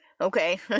Okay